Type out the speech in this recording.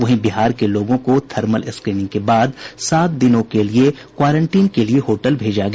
वहीं बिहार के लोगों को थर्मल स्क्रीनिंग के बाद सात दिनों के लिए सशुल्क क्वांरटीन के लिए होटल भेजा गया